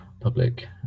public